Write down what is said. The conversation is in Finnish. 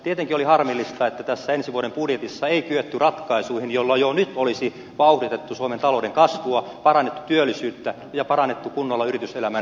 tietenkin oli harmillista että ensi vuoden budjetissa ei kyetty ratkaisuihin joilla jo nyt olisi vauhditettu suomen talouden kasvua parannettu työllisyyttä ja parannettu kunnolla yrityselämän edellytyksiä